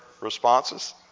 responses